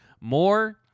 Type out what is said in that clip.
more